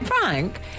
Frank